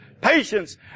patience